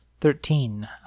Thirteen